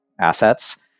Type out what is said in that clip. assets